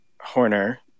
horner